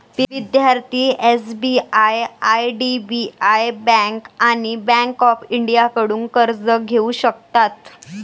विद्यार्थी SBI IDBI bank आणि bank of इंडियाकडून कर्ज घेऊ शकतात